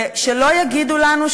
ושלא יגידו לנו,